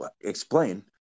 explain